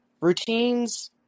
Routines